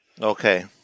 Okay